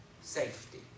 safety